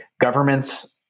governments